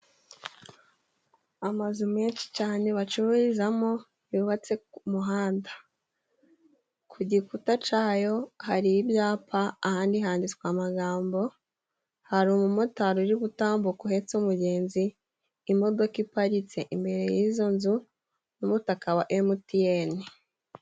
Amazu menshi cane bacururizamo yubatse ku muhanda. Ku gikuta cayo hari ibyapa ahandi handitswe amagambo, hari umumotari uri gubutambu uhetse umugenzi, imodoka iparitse imbere y'izo nzu, n'umutaka wa emutiyene.